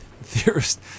theorist